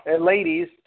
ladies